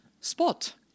spot